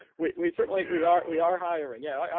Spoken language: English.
we we certainly, we are we are hiring. yeah.